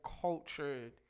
cultured